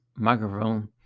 Microphone